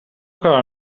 کار